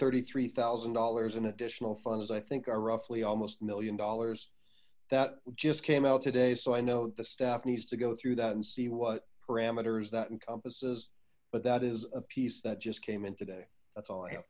thirty three thousand dollars in additional fund as i think are roughly almost million dollars that just came out today so i know the staff needs to go through that and see what parameters that encompasses but that is a piece that just came in to